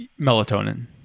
Melatonin